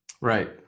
right